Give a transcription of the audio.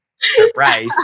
Surprise